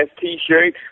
t-shirt